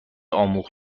آموخت